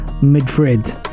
Madrid